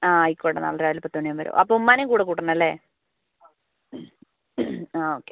ആ ആയിക്കോട്ടെ നാളെ രവിലെ പത്ത് മണി ആകുമ്പോൾ വരാം അപ്പോൾ ഉമ്മാനേയും കൂടെ കൂട്ടണം അല്ലെ ആ ഓക്കെ